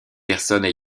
personnes